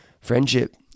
friendship